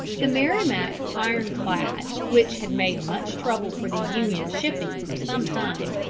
the merrimac iron-clad, which had made much trouble for the union shipping for some time,